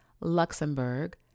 Luxembourg